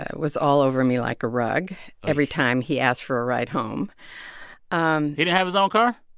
ah was all over me like a rug every time he asked for a ride home um he didn't have his own car?